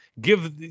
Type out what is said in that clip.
Give